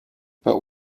but